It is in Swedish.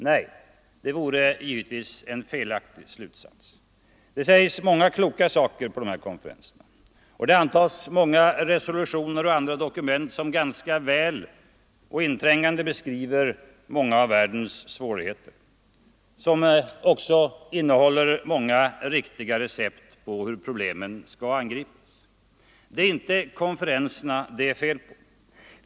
Nej, det vore givetvis en felaktig slutsats. Det sägs många kloka saker på de här konferenserna, det antas många resolutioner och det utformas många olika dokument som ganska väl och inträngande beskriver världens svårigheter och som även innehåller många riktiga recept på hur problemen skall angripas. Det är inte konferenserna det är fel på.